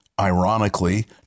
ironically